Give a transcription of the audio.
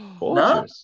No